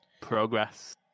Progress